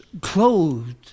clothed